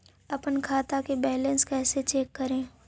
अपन खाता के बैलेंस कैसे चेक करे?